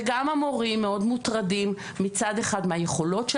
וגם המורים מאוד מוטרדים מצד אחד מהיכולות של